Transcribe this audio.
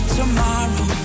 tomorrow